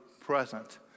present